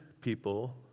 people